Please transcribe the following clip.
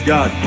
God